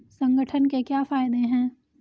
संगठन के क्या फायदें हैं?